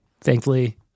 Thankfully